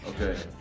Okay